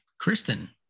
Kristen